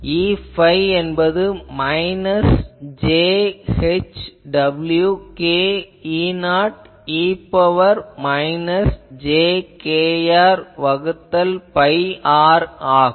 Eϕ என்பது minus j h w k E0 e ன் power minus j kr வகுத்தல் by r ஆகும்